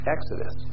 Exodus